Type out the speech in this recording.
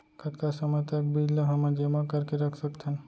कतका समय तक बीज ला हमन जेमा करके रख सकथन?